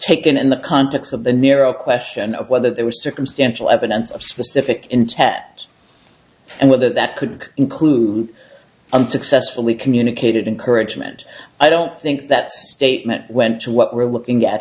taken in the context of the narrow question of whether they were circumstantial evidence of specific intent and with that that could include unsuccessfully communicated encouragement i don't think that statement went to what we're looking at